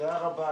תודה רבה,